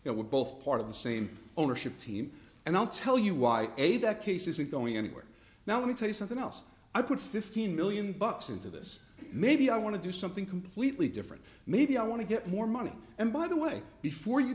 it we're both part of the same ownership team and i'll tell you why a that case isn't going anywhere now let me tell you something else i put fifteen million bucks into this maybe i want to do something completely different maybe i want to get more money and by the way before you